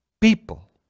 people